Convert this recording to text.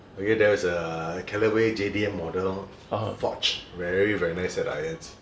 okay there's a Callaway J_D_M model lor forged very very nice set of irons